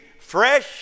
fresh